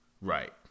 right